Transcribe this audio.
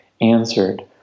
answered